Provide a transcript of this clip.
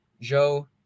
joe